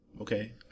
okay